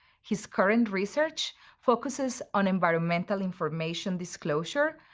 his current research focuses on environmental information disclosure,